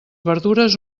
verdures